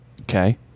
Okay